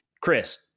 Chris